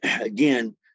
again